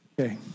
Okay